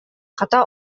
хата